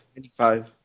95